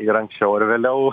ir anksčiau ar vėliau